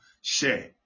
share